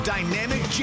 Dynamic